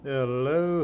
Hello